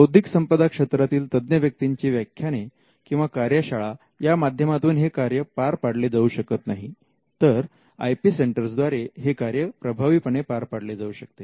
बौद्धिक संपदा क्षेत्रातील तज्ञ व्यक्तींची व्याख्याने किंवा कार्यशाळा या माध्यमातून हे कार्य पार पाडले जाऊ शकत नाही तर आय पी सेंटर्स द्वारे हे कार्य प्रभावीपणे पार पाडले जाऊ शकते